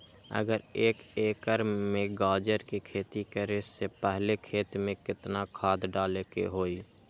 अगर एक एकर में गाजर के खेती करे से पहले खेत में केतना खाद्य डाले के होई?